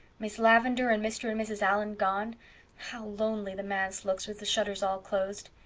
miss lavendar and mr. and mrs. allan gone how lonely the manse looks with the shutters all closed!